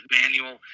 manual